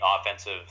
offensive